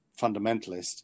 fundamentalist